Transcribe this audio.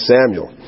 Samuel